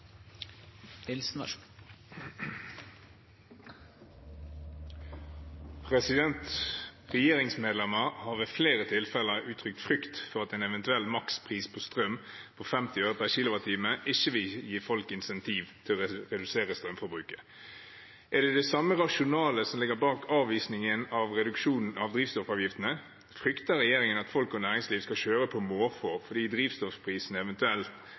har ved flere tilfeller uttrykt frykt for at en eventuell makspris på strøm på 50 øre/kWt ikke vil gi folk insentiv til å redusere strømforbruket. Er det samme rasjonale som ligger bak avvisningen av reduksjonen av drivstoffavgiftene, frykter regjeringen at folk og næringsliv skal kjøre på måfå fordi drivstoffprisene eventuelt